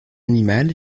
animal